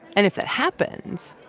and if it happens,